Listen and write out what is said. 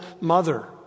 mother